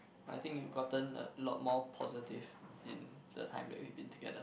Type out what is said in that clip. I think you've gotten a lot more positive in the time that we've been together